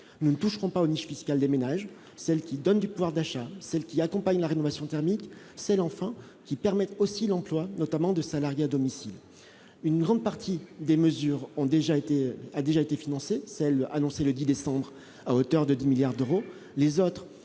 nous ne toucherons pas aux niches fiscales des ménages, celle qui donne du pouvoir d'achat, celle qui accompagne la rénovation thermique, c'est l'enfant qui permettent aussi l'emploi notamment de salariés à domicile, une grande partie des mesures ont déjà été a déjà été financés celle annoncée le 10 décembre à hauteur de 10 milliards d'euros,